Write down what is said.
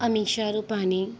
Amisha Rupani